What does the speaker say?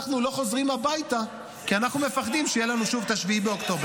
אנחנו לא חוזרים הביתה כי אנחנו מפחדים שיהיה לנו שוב את 7 באוקטובר.